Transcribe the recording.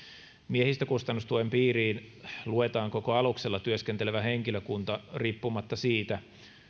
miehistökustannustuen piiriin luetaan koko aluksella työskentelevä henkilökunta riippumatta siitä